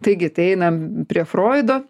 taigi tai einam prie froido